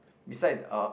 beside uh